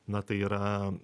na tai yra